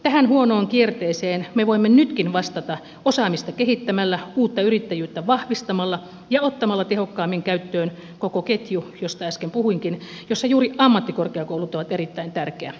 tähän huonoon kierteeseen me voimme nytkin vastata osaamista kehittämällä uutta yrittäjyyttä vahvistamalla ja ottamalla tehokkaammin käyttöön koko ketju josta äsken puhuinkin jossa juuri ammattikorkeakoulut ovat erittäin tärkeä osa